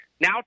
Now